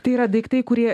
tai yra daiktai kurie